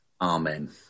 Amen